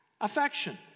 affection